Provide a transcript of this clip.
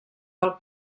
del